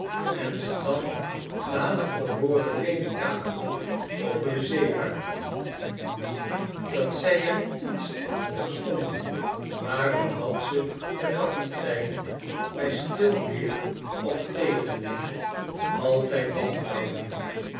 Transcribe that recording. en ze dan danig te hooren redekavelen over de zeevaart niet dat zij eriets van verstonden maar omdat ze den kapitein bij stil weer of tegenwind altijd wantrouwden